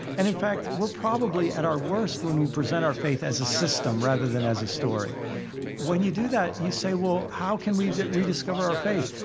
and in fact we're probably at our worst when we present our faith as a system rather than as a story when you do that, you say, well, how can we rediscover our faith?